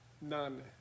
None